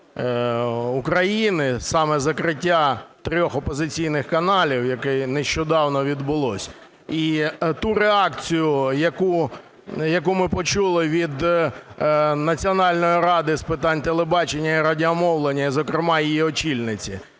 України, саме закриття трьох опозиційних каналів, яке нещодавно відбулося. І ту реакцію, яку ми почули від Національної ради з питань телебачення і радіомовлення, і зокрема її очільниці.